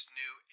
new